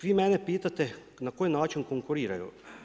Vi mene pitate na koji način konkuriraju?